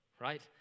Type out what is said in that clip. right